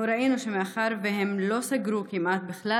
אנחנו ראינו שמאחר שהם לא סגרו נקודות כמעט בכלל,